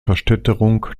verstädterung